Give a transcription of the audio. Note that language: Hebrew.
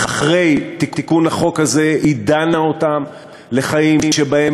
אחרי תיקון החוק הזה היא דנה אותם לחיים שבהם